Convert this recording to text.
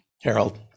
harold